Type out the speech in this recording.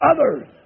Others